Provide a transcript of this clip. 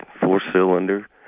four-cylinder